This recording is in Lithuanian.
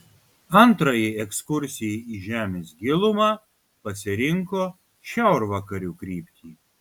antrajai ekskursijai į žemės gilumą pasirinko šiaurvakarių kryptį